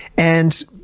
and,